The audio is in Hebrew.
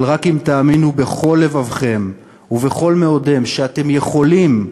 אבל רק אם תאמינו בכל לבבכם ובכל מאודכם שאתם יכולים,